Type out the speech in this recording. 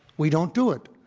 we don't do it.